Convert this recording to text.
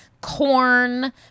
corn